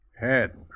head